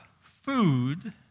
food